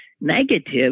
negative